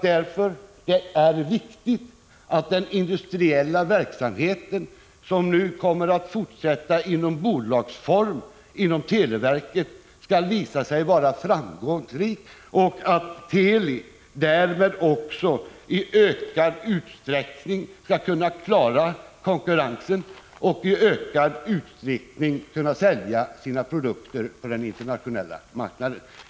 Därför är det viktigt att den industriella verksamheten, som nu kommer att fortsätta i bolagsform inom televerket, skall visa sig vara framgångsrik och att Teli därmed också i ökad utsträckning skall kunna klara konkurrensen och i ökad utsträckning kunna sälja sina produkter på den internationella marknaden.